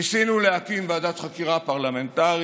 ניסינו להקים ועדת חקירה פרלמנטרית,